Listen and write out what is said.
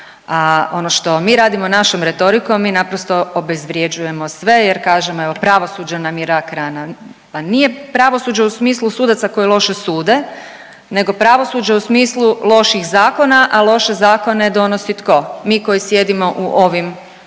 ono što mi radimo našom retorikom mi naprosto obezvređujemo sve jer kažem evo pravosuđe nam je rak rana. Pa nije pravosuđe u smislu sudaca koji loše sude, nego pravosuđe u smislu loših zakona, a loše zakone donosi tko? Mi koji sjedimo u ovim klupama